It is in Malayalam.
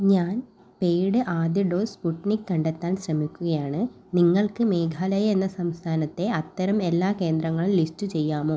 ഞാൻ പെയ്ഡ് ആദ്യ ഡോസ് സ്പുട്നിക് കണ്ടെത്താൻ ശ്രമിക്കുകയാണ് നിങ്ങൾക്ക് മേഘാലയ എന്ന സംസ്ഥാനത്തെ അത്തരം എല്ലാ കേന്ദ്രങ്ങളും ലിസ്റ്റ് ചെയ്യാമോ